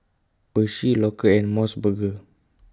Oishi Loacker and Mos Burger